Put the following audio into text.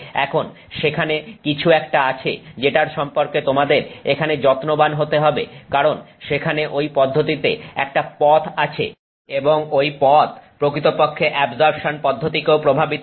এখন সেখানে কিছু একটা আছে যেটার সম্পর্কে তোমাদের এখানে যত্নবান হতে হবে কারণ সেখানে ঐ পদ্ধতিতে একটা পথ আছে এবং ঐ পথ প্রকৃতপক্ষে অ্যাবজর্পশন পদ্ধতিকেও প্রভাবিত করে